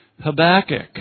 Habakkuk